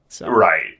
Right